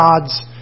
gods